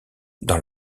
dans